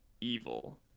evil